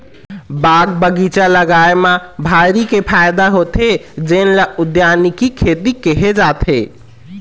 बाग बगीचा लगाए म भारी के फायदा होथे जेन ल उद्यानिकी खेती केहे जाथे